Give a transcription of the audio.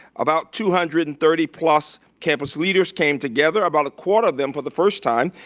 about two hundred and thirty plus campus leaders came together, about a quarter of them for the first time,